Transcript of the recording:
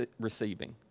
receiving